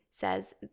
says